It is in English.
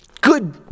good